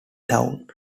town